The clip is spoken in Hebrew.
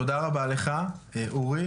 תודה רבה לך אורי.